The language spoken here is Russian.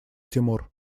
тимур